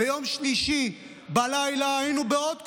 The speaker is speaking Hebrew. ביום שלישי בלילה היינו בעוד קומבינה,